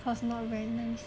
cause not very nice